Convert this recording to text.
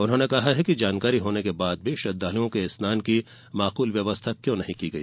उन्होंने कहा है कि जानकारी होने के बाद भी श्रद्वालुओं के स्नान की माकूल व्यवस्था क्यों नहीं की गई